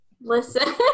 Listen